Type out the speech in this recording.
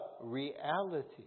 reality